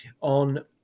on